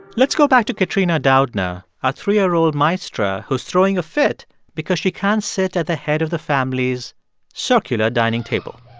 let's go back to katrina doudna, our three year old maestra who's throwing a fit because she can't sit at the head of the family's circular dining table